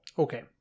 Okay